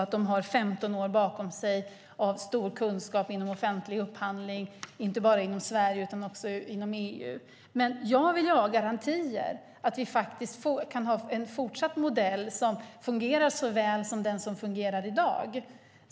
Det har ändå 15 år bakom sig av stor kunskap inom offentlig upphandling inte bara inom Sverige utan också inom EU. Jag vill ha garantier att vi fortsatt kan ha en modell som fungerar så väl som den som fungerar i dag.